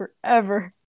forever